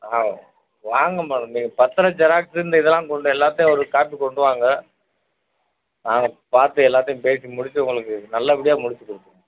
ஆ வாங்க மேடம் நீங்கள் பத்திரம் ஜெராக்ஸு இந்த இதெல்லாம் கொண்டு எல்லாத்தையும் ஒரு காப்பி கொண்டுவாங்க நாங்கள் பார்த்து எல்லாத்தையும் பேசி முடித்து உங்களுக்கு நல்ல படியாக முடித்து கொடுத்துருவோம்